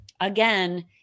Again